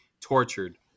tortured